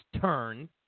turn